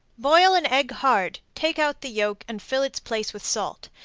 boil an egg hard, take out the yolk, and fill its place with salt.